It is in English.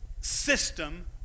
system